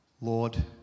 Lord